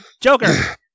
Joker